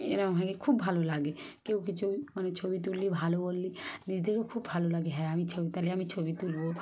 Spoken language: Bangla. এরকম হলে খুব ভালো লাগে কেউ কিছু মানে ছবি তুললে ভালো বললে নিজেদেরও খুব ভালো লাগে হ্যাঁ আমি ছবি তাহলে আমি ছবি তুলব